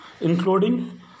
including